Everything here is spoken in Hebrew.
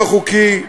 לא חוקי,